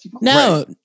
No